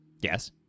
yes